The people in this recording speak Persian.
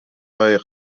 های